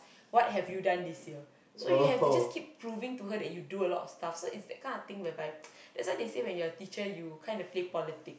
what have you done this year so you have to keep proving to her you do a lot stuff so it's that kind of thing whereby that's why they say if you're a teacher you kind of play politics